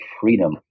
freedom